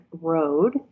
Road